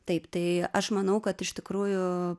taip tai aš manau kad iš tikrųjų